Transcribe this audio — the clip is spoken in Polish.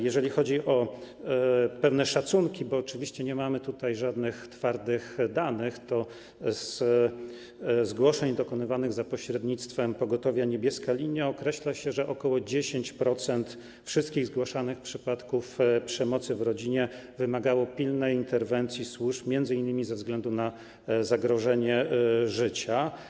Jeżeli chodzi o pewne szacunki, bo oczywiście nie mamy tutaj żadnych twardych danych, zgłoszeń dokonywanych za pośrednictwem pogotowia „Niebieska linia”, to określa się, że ok. 10% wszystkich zgłaszanych przypadków przemocy w rodzinie wymagało pilnej interwencji służb, m.in. ze względu na zagrożenie życia.